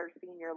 senior